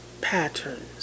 patterns